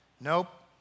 Nope